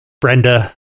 Brenda